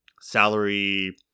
salary